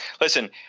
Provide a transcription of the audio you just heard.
listen